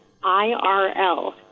IRL